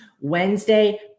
Wednesday